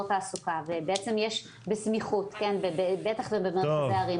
תעסוקה ובעצם יש בסמיכות ובטח במרכזי הערים,